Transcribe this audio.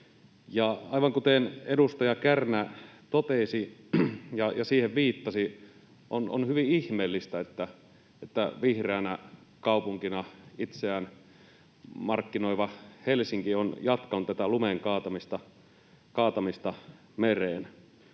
Aivan kuten edustaja Kärnä totesi ja siihen viittasi, on hyvin ihmeellistä, että vihreänä kaupunkina itseään markkinoiva Helsinki on jatkanut tätä lumen kaatamista mereen.